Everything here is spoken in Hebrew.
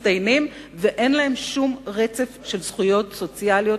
ואין להם שום רצף של זכויות סוציאליות.